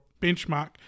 benchmark